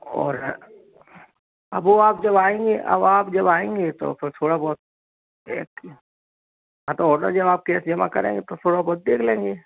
और अब वो आप जब आएंगे अब आप जब आएंगे तो फिर थोड़ा बहुत हाँ तो ऑडर जब आप कैस जमा कराएंगे तो थोड़ा बहुत देख लेंगे